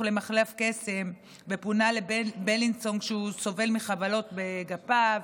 למחלף קסם ופונה לבילינסון כשהוא סובל מחבלות בגפיו.